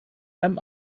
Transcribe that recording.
einem